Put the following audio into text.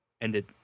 ended